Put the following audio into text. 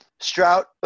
Strout